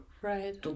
right